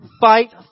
fight